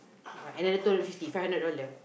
alright add another two hundred fifty five hundred dollar